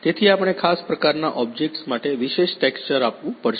તેથી આપણે ખાસ પ્રકારના ઓબ્જેક્ટ્સ માટે વિશેષ ટેક્સચર આપવું પડશે